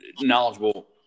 knowledgeable